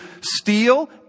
steal